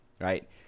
right